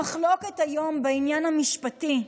המחלוקת היום בעניין המשפטי,